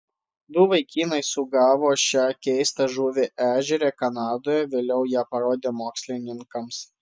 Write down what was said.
du vaikinai sugavo šią keistą žuvį ežere kanadoje vėliau ją parodė mokslininkams